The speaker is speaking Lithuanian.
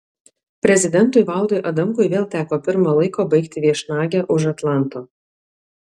prezidentui valdui adamkui vėl teko pirma laiko baigti viešnagę už atlanto